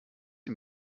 sie